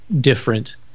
Different